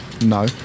No